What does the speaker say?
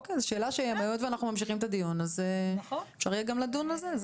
זו שאלה שהיות ואנחנו ממשיכים את הדיון אז אפשר גם לדון בזה.